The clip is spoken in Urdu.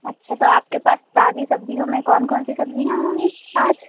اچھا تو آپ کے پاس تازہ سبزیوں میں کون کون سی سبزیاں ہوں گی آج